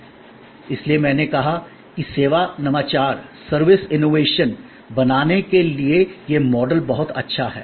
इसलिए इसीलिए मैंने कहा कि सेवा नवाचार सर्विस इनोवेशन बनाने के लिए यह मॉडल बहुत अच्छा है